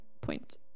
point